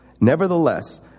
Nevertheless